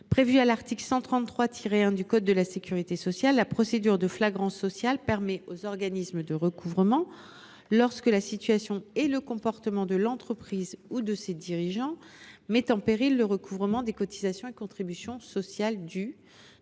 à l’article L. 133 1 du code de la sécurité sociale, la procédure de flagrance sociale permet aux organismes de recouvrement, lorsque la situation et le comportement de l’entreprise ou de ses dirigeants mettent en péril le recouvrement des cotisations et contributions sociales dues,